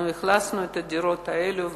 אנחנו אכלסנו את הדירות האלה.